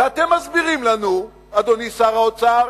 ואתם מסבירים לנו, אדוני שר האוצר